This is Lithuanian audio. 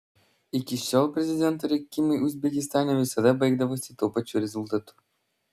iki šiol prezidento rinkimai uzbekistane visada baigdavosi tuo pačiu rezultatu